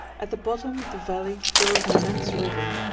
at the bottom of the valley flows an immense river,